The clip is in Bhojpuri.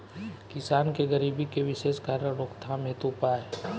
किसान के गरीबी के विशेष कारण रोकथाम हेतु उपाय?